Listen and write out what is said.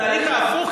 התהליך ההפוך,